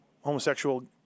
homosexual